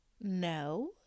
No